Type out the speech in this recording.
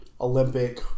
Olympic